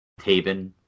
Taven